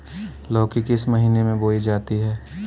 लौकी किस महीने में बोई जाती है?